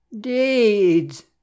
Deeds